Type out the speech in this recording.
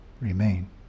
remain